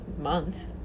month